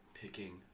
picking